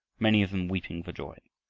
many of them weeping for joy.